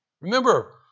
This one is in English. Remember